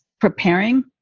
preparing